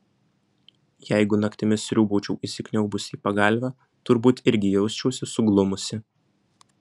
jeigu naktimis sriūbaučiau įsikniaubusi į pagalvę turbūt irgi jausčiausi suglumusi